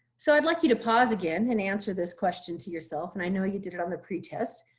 so i'd like you to pause again and answer this question to yourself. and i know you did it on the pre test.